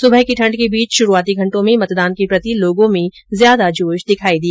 सुबह की ठण्ड के बीच शुरूआती घंटों में मतदान के प्रति लोगों में जोश दिखाई दिया